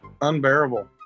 unbearable